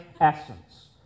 essence